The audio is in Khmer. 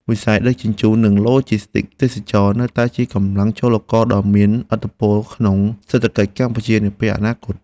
វិស័យដឹកជញ្ជូន និងឡូជីស្ទីកទេសចរណ៍នៅតែជាកម្លាំងចលករដ៏មានឥទ្ធិពលក្នុងសេដ្ឋកិច្ចកម្ពុជានាពេលអនាគត។